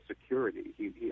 security